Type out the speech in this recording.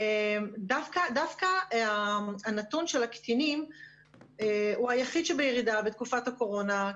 דווקא הנתון של הקטינים הוא היחיד שבירידה בתקופת הקורונה.